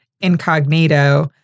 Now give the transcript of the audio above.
incognito